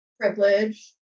privilege